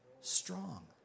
strong